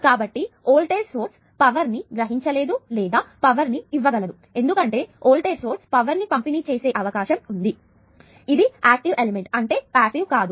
కాబట్టి voltage source power ని గ్రహించలేదు లేదా పవర్ ను ఇవ్వగలదు ఎందుకంటే వోల్టేజ్ సోర్స్ పవర్ ను పంపిణీ చేసే అవకాశం ఉంది ఇది ఆక్టివ్ ఎలిమెంట్ అంటే అది పాసివ్ కాదు